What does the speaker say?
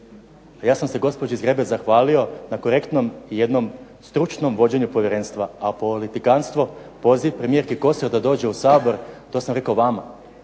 Ja sam se gospođi Zgrebec zahvalio na korektnom i jednom stručnom vođenju povjerenstva, a politikanstvo, poziv premijerki Kosor da dođe u Sabor to sam rekao vama,